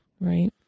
Right